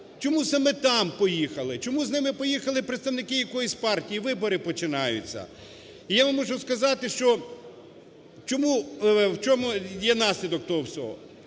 Чому саме там поїхали? Чому з ними поїхали представники якоїсь партії? Вибори починаються. І я вам мушу сказати, що в чому є наслідок того всього.